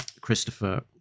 Christopher